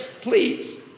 please